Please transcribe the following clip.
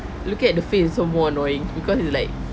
looking at the face is so more annoying because it's like